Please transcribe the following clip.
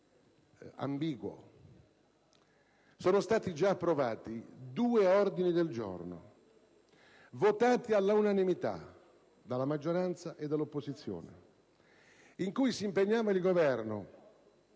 ambiguo. Sono stati già approvati due ordini del giorno, votati all'unanimità, dalla maggioranza e dall'opposizione, in cui si impegnava il Governo